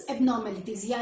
Abnormalities